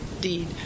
deed